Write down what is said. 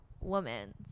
woman